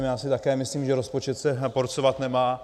Já si také myslím, že rozpočet se porcovat nemá.